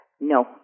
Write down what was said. No